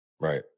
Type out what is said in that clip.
Right